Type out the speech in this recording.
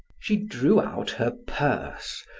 she drew out her purse,